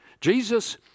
Jesus